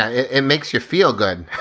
ah it makes you feel good.